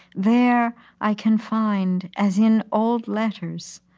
there i can find, as in old letters,